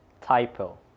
Typo